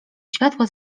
światła